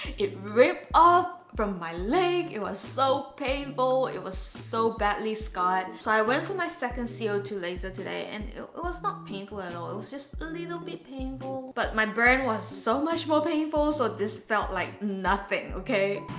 it ripped off from my leg. it was so painful. it was so badly scarred. so i went for my second c o two laser today and it was not painful at all. it was just a little bit painful, but my brain was so much more painful so this felt like nothing, okay